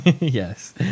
Yes